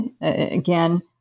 Again